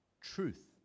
truth